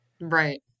Right